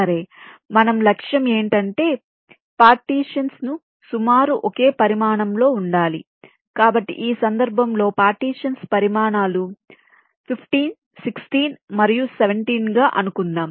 సరే మన లక్ష్యం ఏమిటంటే పార్టీషన్స్ సుమారు ఒకే పరిమాణంలో ఉండాలి కాబట్టి ఈ సందర్భంలో పార్టీషన్స్ పరిమాణాలు 15 16 మరియు 17 గా అనుకుందాం